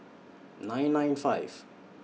nine nine five